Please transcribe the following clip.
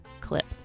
clip